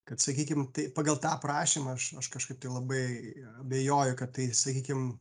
kad sakykim tai pagal tą aprašymą aš aš kažkaip tai labai abejoju kad tai sakykim